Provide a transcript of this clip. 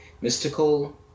Mystical